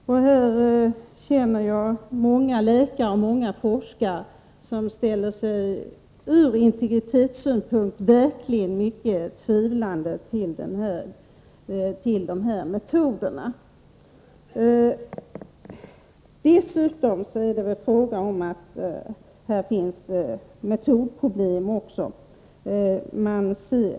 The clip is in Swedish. Jag känner många läkare och forskare som ur integritetssynpunkt ställer sig mycket tvivlande till de här metoderna. Dessutom finns det metodproblem i fråga om detta.